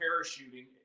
parachuting